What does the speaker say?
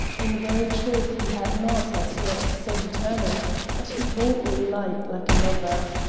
in very truth he had not, as yet, so determined but he boldly lied like a lover.